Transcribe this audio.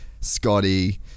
scotty